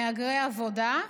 מהגרי עבודה,